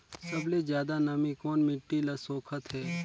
सबले ज्यादा नमी कोन मिट्टी ल सोखत हे?